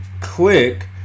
click